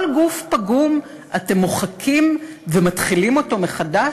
כל גוף פגום אתם מוחקים ומתחילים אותו מחדש?